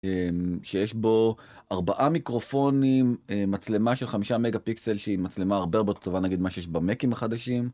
שיש בו ארבעה מיקרופונים, מצלמה של חמישה מגה פיקסל שהיא מצלמה הרבה הרבה יוצר טובה ממה שיש נגיד במקים החדשים.